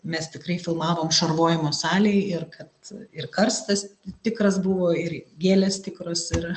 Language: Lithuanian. mes tikrai filmavom šarvojimo salėj ir kad ir karstas tikras buvo ir gėlės tikros ir